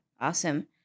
awesome